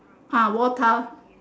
ah war tile